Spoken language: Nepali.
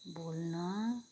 बोल्न